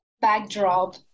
backdrop